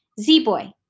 Z-Boy